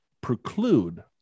preclude